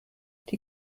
die